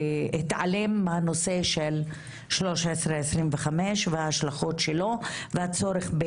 להתעלם מהנושא של 1325 וההשלכות שלו והצורך.